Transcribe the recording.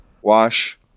wash